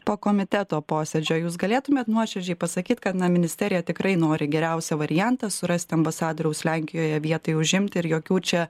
po komiteto posėdžio jūs galėtumėt nuoširdžiai pasakyt kad na ministerija tikrai nori geriausią variantą surast ambasadoriaus lenkijoje vietai užimti ir jokių čia